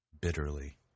bitterly